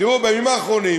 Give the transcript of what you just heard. תראו, בימים האחרונים,